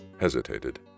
hesitated